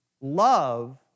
Love